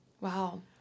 Wow